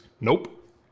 Nope